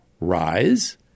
rise